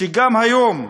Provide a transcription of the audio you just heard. שגם היום,